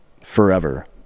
forever